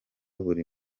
buri